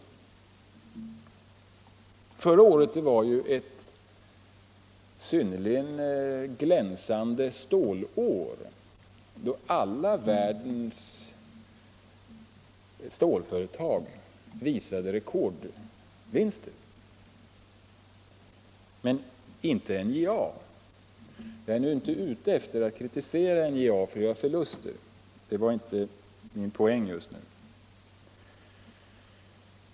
Förra året var ett synnerligen glänsande stålår då alla världens stålföretag visade rekordvinster. Dock inte NJA! Jag kritiserar inte NJA för att företaget gör förluster — det är inte min poäng just nu.